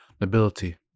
nobility